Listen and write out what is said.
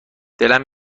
دلم